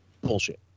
Bullshit